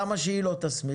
למה שהיא לא תסמיך?